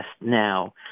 now